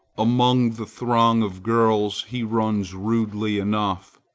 among the throng of girls he runs rudely enough,